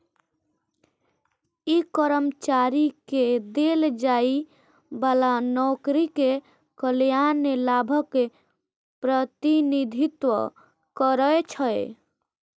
ई कर्मचारी कें देल जाइ बला नौकरीक कल्याण लाभक प्रतिनिधित्व करै छै